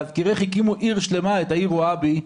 להזכירך, הקימו עיר שלמה, את העיר וואבי.